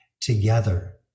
together